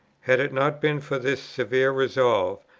had it not been for this severe resolve,